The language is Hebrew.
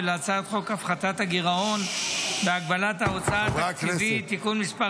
ולהצעת חוק הפחתת הגירעון והגבלת ההוצאה התקציבית (תיקון מס'